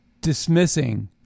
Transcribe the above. dismissing